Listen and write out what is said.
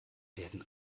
werden